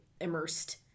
immersed